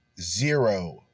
zero